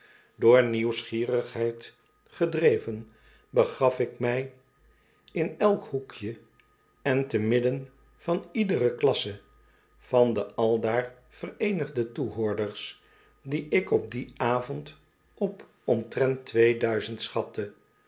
door nieuwsgierigheid gedreven begaf ik mij in elk hoekje en te midden van iedere klasse van de aldaar vereenigde toehoorders die ik op dien avond op omtrent twee duizend schatte